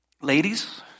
Ladies